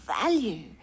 value